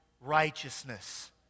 righteousness